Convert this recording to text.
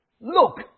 Look